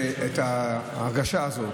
ההרגשה הזאת,